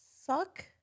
Suck